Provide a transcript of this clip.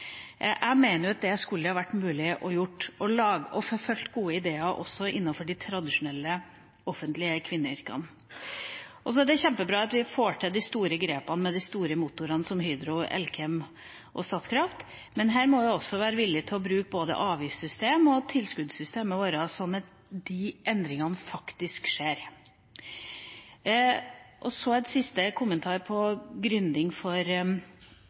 Jeg mener at det skulle vært mulig å forfølge gode ideer også innenfor de tradisjonelle offentlige kvinneyrkene. Så er det kjempebra at vi får til de store grepene med de store motorene som Hydro, Elkem og Statkraft, men her må vi også være villige til å bruke både avgiftssystemet og tilskuddssystemet vårt, slik at endringene faktisk skjer. Så en siste kommentar, som går på gründing for